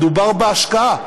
מדובר בהשקעה.